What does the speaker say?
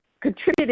contributing